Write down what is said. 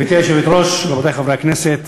גברתי היושבת-ראש, רבותי חברי הכנסת,